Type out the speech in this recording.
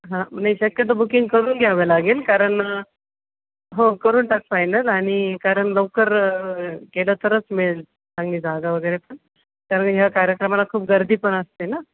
हां नाही शक्यतो बुकिंग करून घ्यावं लागेल कारण हो करून टाक फायनल आणि कारण लवकर केलं तरच मिळेल चांगली जागा वगैरे पण कारण ह्या कार्यक्रमाला खूप गर्दी पण असते नं